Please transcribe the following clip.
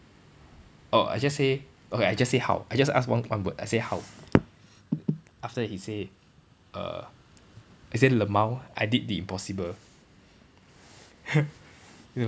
orh I just say okay I just say how I just ask one one word I say how after that he say err he say LMAO I did the impossible